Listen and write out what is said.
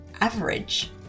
average